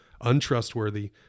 untrustworthy